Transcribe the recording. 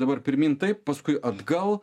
dabar pirmyn taip paskui atgal